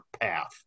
path